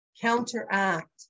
counteract